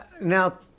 Now